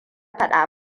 faɗa